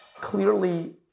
clearly